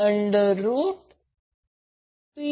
तर जर सोडवले तर ते 120